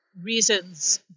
reasons